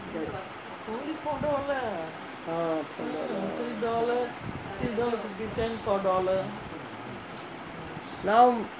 now